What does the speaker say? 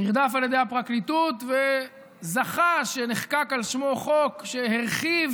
נרדף על ידי הפרקליטות וזכה שנחקק על שמו חוק שהרחיב